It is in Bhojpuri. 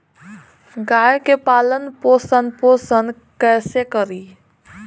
गाय के पालन पोषण पोषण कैसे करी?